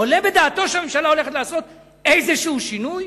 עולה בדעתו שהממשלה הולכת לעשות איזה שינוי?